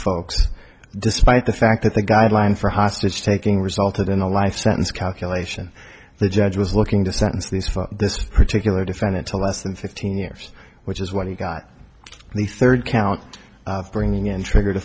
folks despite the fact that the guideline for hostage taking resulted in a life sentence calculation the judge was looking to sentence these for this particular defendant to less than fifteen years which is what he got the third count bringing in triggered a